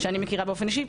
שאני מכירה באופן אישי.